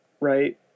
right